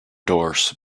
doors